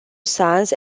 sons